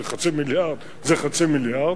כי חצי מיליארד זה חצי מיליארד,